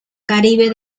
caribe